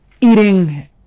eating